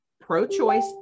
pro-choice